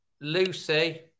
Lucy